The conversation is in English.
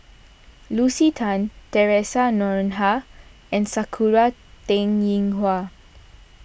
Lucy Tan theresa Noronha and Sakura Teng Ying Hua